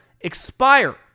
expire